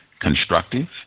constructive